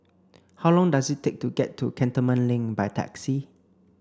how long does it take to get to Cantonment Link by taxi